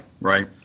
right